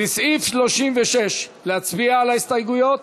סעיף 36, להצביע על ההסתייגויות?